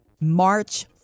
March